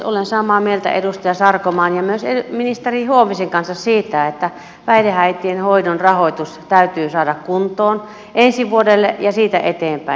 olen samaa mieltä edustaja sarkomaan ja myös ministeri huovisen kanssa siitä että päihdeäitien hoidon rahoitus täytyy saada kuntoon ensi vuodelle ja siitä eteenpäin